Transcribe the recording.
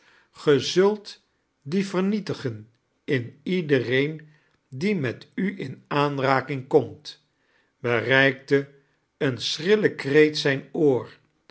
zult die vernietigen in iedereen die met u in aanraking komt bereikte een schrille kreet zijn oor